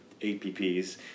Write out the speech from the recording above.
APPs